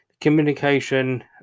communication